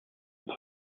het